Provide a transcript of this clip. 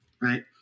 right